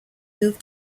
moved